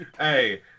Hey